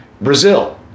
Brazil